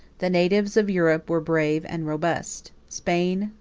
the natives of europe were brave and robust. spain,